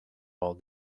all